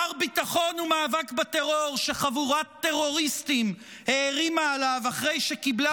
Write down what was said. מר ביטחון ומאבק בטרור שחבורת טרוריסטים הערימה עליו אחרי שקיבלה,